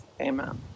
Amen